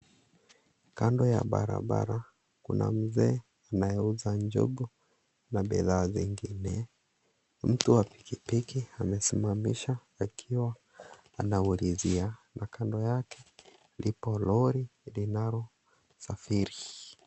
Kando ya barabara, kuna mzee anayeuza njugu na bidhaa zingine. Mtu wa pikipiki amesimamisha akiwa anaulizia. Na kando yake, lipo lori linalosafiri.